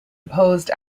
opposed